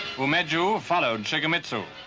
umezu followed shigemitsu. will